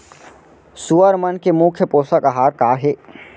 सुअर मन के मुख्य पोसक आहार का हे?